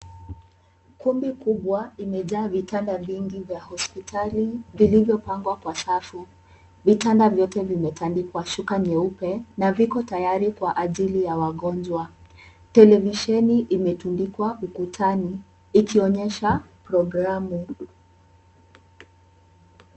Kumbi kubwa imejaa vitanda vingi vya hospitali vilivyopangwa kwa safu. Vitanda vyote vimetandikwa shuka nyeupe na viko tayari kwa ajili ya wagonjwa. Televisheni imetundikwa ukutani ikionyesha programu.